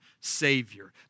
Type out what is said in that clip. Savior